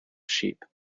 sheep